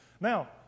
Now